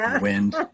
wind